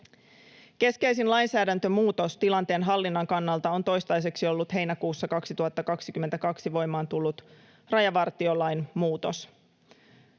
Keskeisin lainsäädäntömuutos tilanteen hallinnan kannalta on toistaiseksi ollut heinäkuussa 2022 voimaan tullut rajavartiolain muutos.